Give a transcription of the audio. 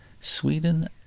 Sweden